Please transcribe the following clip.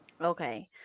okay